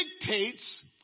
dictates